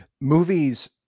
Movies